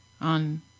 on